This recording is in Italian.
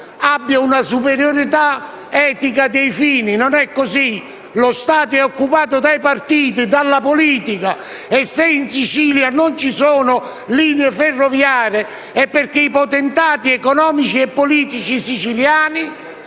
abbia una superiorità etica dei fini. Non è così: lo Stato è occupato dai partiti e dalla politica e, se in Sicilia non ci sono linee ferroviarie, è perché i potentati economici e politici siciliani